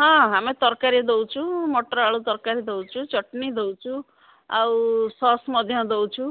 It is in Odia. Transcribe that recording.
ହଁ ଆମେ ତରକାରୀ ଦେଉଛୁ ମଟର ଆଳୁ ତରକାରୀ ଦେଉଛୁ ଚଟନି ଦେଉଛୁ ଆଉ ସସ୍ ମଧ୍ୟ ଦେଉଛୁ